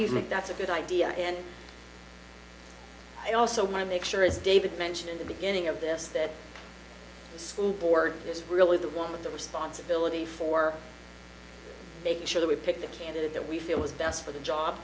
you think that's a good idea and i also make sure as david mentioned in the beginning of this that the school board is really the one with the responsibility for make sure that we pick the candidate that we feel is best for the job